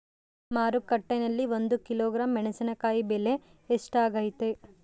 ಮಾರುಕಟ್ಟೆನಲ್ಲಿ ಒಂದು ಕಿಲೋಗ್ರಾಂ ಮೆಣಸಿನಕಾಯಿ ಬೆಲೆ ಎಷ್ಟಾಗೈತೆ?